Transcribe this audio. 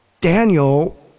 Daniel